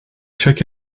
chaque